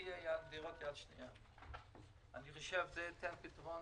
אני חושב שזה ייתן פתרון,